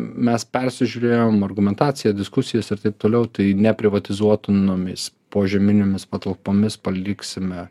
mes persižiūrėjom argumentaciją diskusijas ir taip toliau tai neprivatizuotinomis požeminėmis patalpomis paliksime